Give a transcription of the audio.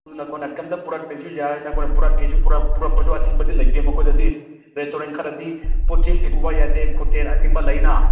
ꯑꯗꯨ ꯅꯈꯣꯏꯅ ꯀꯔꯤꯝꯇ ꯄꯨꯔꯛꯇ꯭ꯔꯁꯨ ꯌꯥꯏ ꯅꯈꯣꯏꯅ ꯄꯨꯔꯛꯀꯦꯁꯨ ꯄꯨꯔꯛꯄꯁꯨ ꯑꯊꯤꯡꯕꯗꯤ ꯂꯩꯇꯦ ꯃꯈꯣꯏꯗꯗꯤ ꯔꯦꯁꯇꯨꯔꯦꯟ ꯈꯔꯗꯤ ꯄꯣꯠ ꯆꯩ ꯄꯨꯕ ꯌꯥꯗꯦ ꯈꯣꯠꯇꯦ ꯑꯊꯤꯡꯕ ꯂꯩꯅ